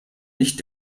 nicht